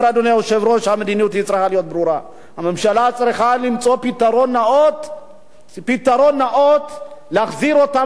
הממשלה צריכה למצוא פתרון נאות להחזיר אותם לבית שלהם בצורה מכובדת,